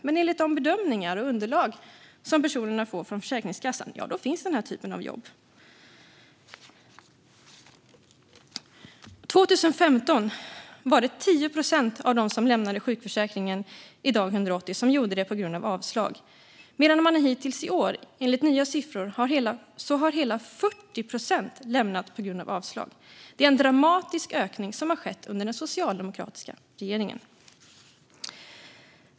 Men enligt de bedömningar och underlag som dessa personer får från Försäkringskassan finns denna typ av jobb. År 2015 var det 10 procent av dem som lämnade sjukförsäkringen vid dag 180 som gjorde det på grund av avslag. Hittills i år har enligt nya siffror hela 40 procent lämnat den på grund av avslag. Det är en dramatisk ökning som har skett under den socialdemokratiska regeringen.